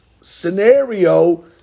scenario